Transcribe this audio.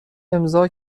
امضا